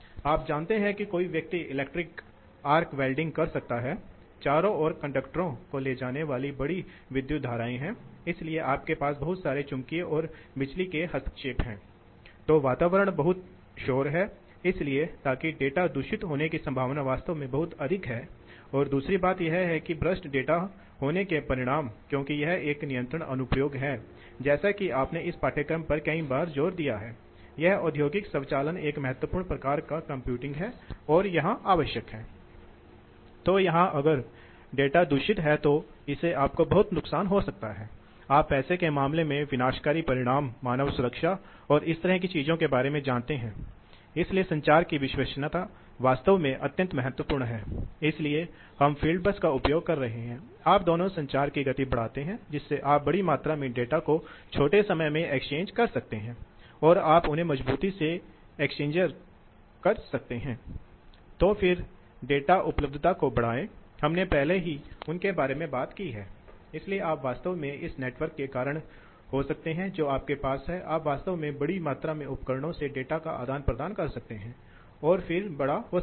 तो ये आप जानते हैं जैसे कि मेरा मतलब है भट्ठी एक तरह की एक चूल्हे की तरह है इसलिए आपको दहन के लिए पानी को उड़ाने हवा में उड़ाने की जरूरत है इसलिए यह पंखा वास्तव में उस हवा और इंडूसड ड्राफ्ट पंखे को वास्तव में उड़ाते हैं इसका मतलब है कि दहन के बाद की हवा को बाहर निकाल देता है सबसे अधिक कार्बन डाइऑक्साइड से भरा I इसलिए यह भट्ठी है जो लोड है इसलिए यदि आप पंखे को भट्ठी से जोड़ते हैं तो पंखे की एक निश्चित गति से कुछ ऑपरेटिंग बिंदु या एक निश्चित दबाव प्रवाह स्थापित किया जाएगा इसलिए मूल रूप से हम इसे कैसे प्राप्त करते हैं I यह एक पंखे की विशेषता है जो कि थोड़ी देर बाद वापस आ जाएगी यह थोड़ा जटिल है वास्तव में मूल रूप से ठीक है आइए हम इस पर एक नज़र डालें मूल रूप से जो किया जा रहा है वह यह है वास्तव में वक्र का एक परिवार देता है सही